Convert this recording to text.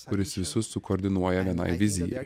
kuris visus sukoordinuoja vienai vizijai